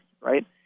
right